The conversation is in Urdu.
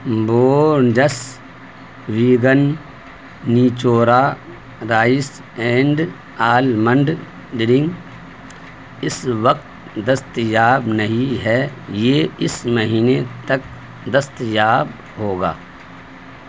Borges vegan Natura rice and almond drink اس وقت دستیاب نہیں ہے یہ اس مہینے تک دستیاب ہوگا